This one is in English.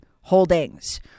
holdings